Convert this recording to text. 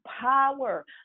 power